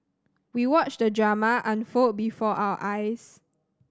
we watched the drama unfold before our eyes